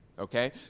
Okay